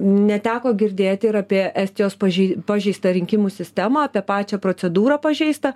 neteko girdėti ir apie estijos pažei pažeistą rinkimų sistemą apie pačią procedūrą pažeistą